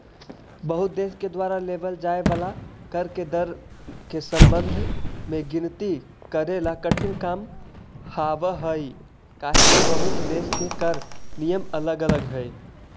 बहुते देश के द्वारा लेव जाए वाला कर के दर के संबंध में गिनती करेला कठिन काम हावहई काहेकि बहुते देश के कर नियम अलग अलग हई